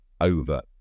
over